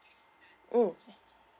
mm